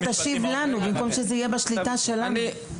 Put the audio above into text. שתשיב לנו, במקום שזה יהיה בשליטה שלנו.